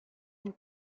une